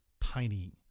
tiny